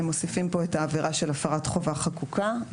הם מוסיפים פה את העבירה של הפרת חובה חקוקה,